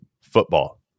football